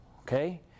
Okay